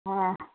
ஆ